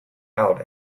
out